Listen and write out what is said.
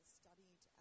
studied